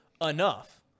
enough